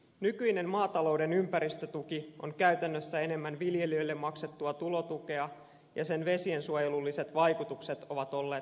nykyinen maatalouden ympäristötuki on käytännössä enemmän viljelijöille maksettua tulotukea ja sen vesiensuojelulliset vaikutukset ovat olleet heikkoja